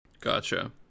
gotcha